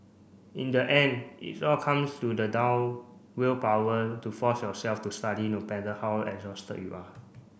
in the end it all comes to the down willpower to force yourself to study no matter how exhausted you are